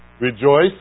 Rejoice